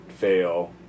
fail